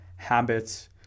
habits